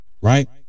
right